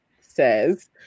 says